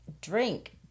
drink